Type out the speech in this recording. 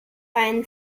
ein